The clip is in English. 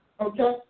okay